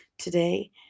today